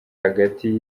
hagati